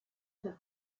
have